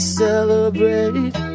celebrate